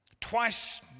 Twice